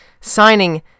signing